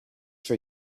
for